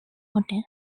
hotel